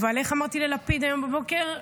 אבל איך אמרתי ללפיד היום הבוקר?